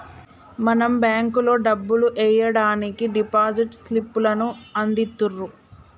మనం బేంకులో డబ్బులు ఎయ్యడానికి డిపాజిట్ స్లిప్ లను అందిత్తుర్రు